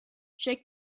shake